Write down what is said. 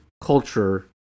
culture